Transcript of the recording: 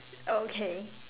okay